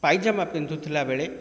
ପାଇଜାମା ପିନ୍ଧୁଥିଲା ବେଳେ